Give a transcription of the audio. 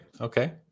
Okay